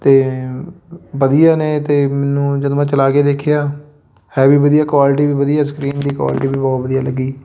ਅਤੇ ਵਧੀਆ ਨੇ ਅਤੇ ਮੈਨੂੰ ਜਦੋਂ ਮੈਂ ਚਲਾ ਕੇ ਦੇਖਿਆ ਹੈ ਵੀ ਵਧੀਆ ਕੁਆਲਿਟੀ ਵੀ ਵਧੀਆ ਸਕਰੀਨ ਦੀ ਕੁਆਲਿਟੀ ਵੀ ਬਹੁਤ ਵਧੀਆ ਲੱਗੀ